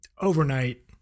overnight